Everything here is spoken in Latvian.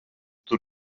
tur